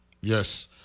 Yes